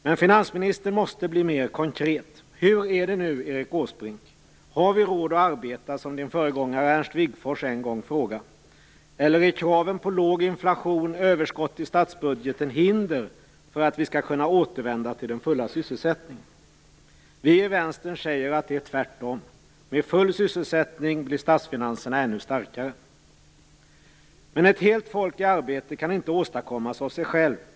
Men finansministern måste bli mer konkret. Hur är det, Erik Åsbrink? Har vi råd att arbeta, vilket hans föregångare Ernst Wigforss en gång frågade, eller är kraven på låg inflation och överskott i statsbudgeten hinder för att vi skall kunna återvända till den fulla sysselsättningen? Vi i Vänsterpartiet säger att det är tvärtom. Med full sysselsättning blir statsfinanserna ännu starkare. Men ett helt folk i arbete kan inte åstadkommas av sig självt.